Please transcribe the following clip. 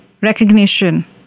recognition